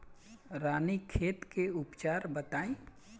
रानीखेत के उपचार बताई?